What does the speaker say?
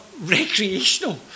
recreational